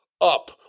up